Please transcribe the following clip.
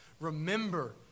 remember